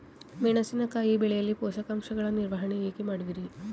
ಮೆಣಸಿನಕಾಯಿ ಬೆಳೆಯಲ್ಲಿ ಪೋಷಕಾಂಶಗಳ ನಿರ್ವಹಣೆ ಹೇಗೆ ಮಾಡುವಿರಿ?